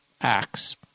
Acts